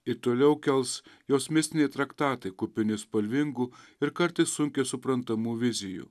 ir toliau kels jos mistiniai traktatai kupini spalvingų ir kartais sunkiai suprantamų vizijų